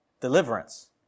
deliverance